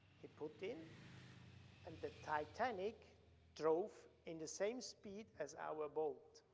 he put in and the titanic drove in the same speed as our boat.